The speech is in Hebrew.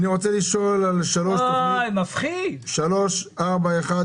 34101,